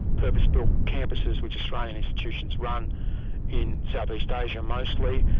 purpose-built campuses which australian institutions run in south east asia mostly.